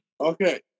Okay